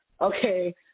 okay